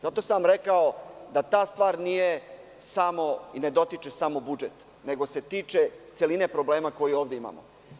Zato sam vam rekao da ta stvar nije samo i ne dotiče samo budžet, nego se tiče celine problema koji ovde imamo.